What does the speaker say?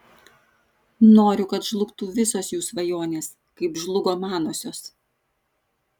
noriu kad žlugtų visos jų svajonės kaip žlugo manosios